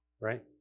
Right